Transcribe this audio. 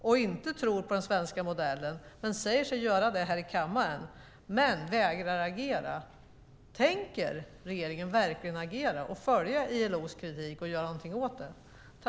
Tror man inte på den svenska modellen men säger sig göra det här i kammaren, och så vägrar man agera? Tänker regeringen verkligen agera och följa ILO:s kritik och göra någonting åt detta?